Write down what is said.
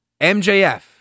MJF